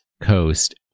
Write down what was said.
Coast